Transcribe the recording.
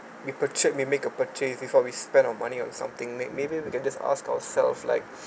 we purchase we make a purchase before we spend our money on something may maybe we can just ask ourselves like